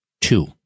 Two